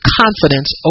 confidence